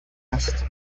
است